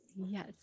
Yes